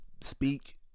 Speak